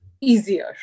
easier